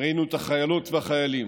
ראינו את החיילות והחיילים,